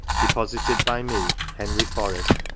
deposited by me, henry forest,